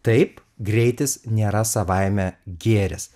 taip greitis nėra savaime gėris